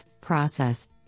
process